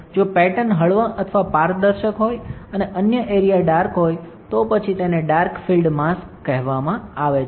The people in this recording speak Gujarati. જો પેટર્ન હળવા અથવા પારદર્શક હોય અને અન્ય એરિયા ડાર્ક હોય તો પછી તેને ડાર્ક ફીલ્ડ માસ્ક કહેવામાં આવે છે